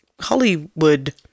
hollywood